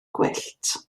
gwyllt